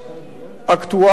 אקטואליות